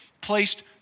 placed